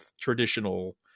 traditional